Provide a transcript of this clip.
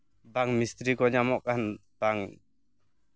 ᱵᱟᱝ ᱢᱤᱥᱛᱨᱤ ᱠᱚ ᱧᱟᱢᱚᱜ ᱠᱟᱱ ᱵᱟᱝ